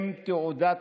עם תעודת